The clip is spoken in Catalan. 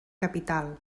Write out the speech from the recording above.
capital